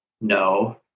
No